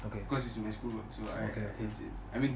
cause it is my school work so it's it's I mean